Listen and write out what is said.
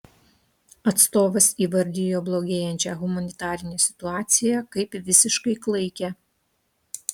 atstovas įvardijo blogėjančią humanitarinę situaciją kaip visiškai klaikią